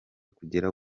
kugera